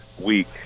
week